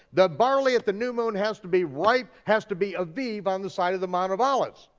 the barley at the new moon has to be ripe, has to be aviv on the side of the mount of olives.